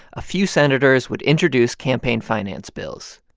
a few senators would introduce campaign finance bills,